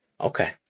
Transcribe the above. Okay